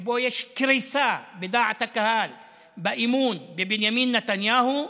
יש קריסה בדעת הקהל באמון בבנימין נתניהו.